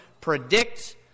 predict